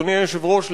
אדוני היושב-ראש,